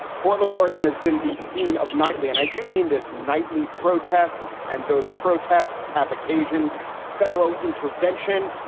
portland, oregon, has been the scene of nightly, and i do mean this nightly protests and those protests have occasioned federal intervention,